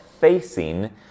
facing